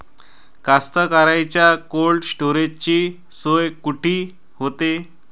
कास्तकाराइच्या कोल्ड स्टोरेजची सोय कुटी होते?